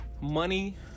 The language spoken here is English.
Money